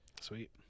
sweet